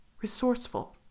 resourceful